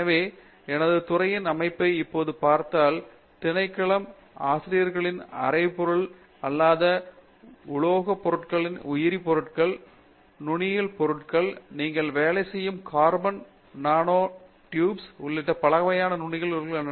எனவே எனது துறையின் அமைப்பை இப்போது பார்த்தால் திணைக்கள ஆசிரியர்களில் அரைப் பொருள் அல்லாத உலோகப் பொருட்களிலும் உயிரி பொருட்கள் நுனியல் பொருட்களாலும் சரி நீங்கள் வேலை செய்யும் கார்பன் நானோ யுபிஎஸ் உள்ளிட்ட பல வகையான நுனியல் பொருட்கள்